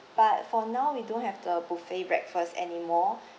but for now we don't have the buffet breakfast anymore